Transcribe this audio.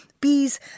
bees